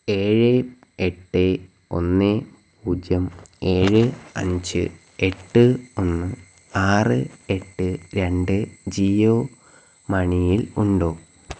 ഏഴ് എട്ട് ഒന്ന് പൂജ്യം ഏഴ് അഞ്ച് എട്ട് ഒന്ന് ആറ് എട്ട് രണ്ട് ജിയോ മണിയിൽ ഉണ്ടോ